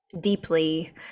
deeply